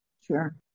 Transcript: Sure